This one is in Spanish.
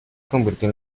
convirtió